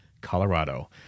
Colorado